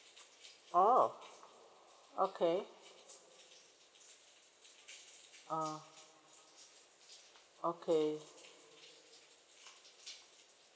oh okay oh okay